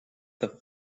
the